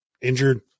injured